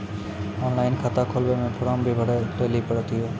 Online खाता खोलवे मे फोर्म भी भरे लेली पड़त यो?